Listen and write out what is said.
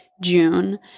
June